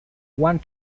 one